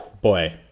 boy